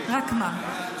רק מה?